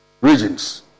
regions